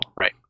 Right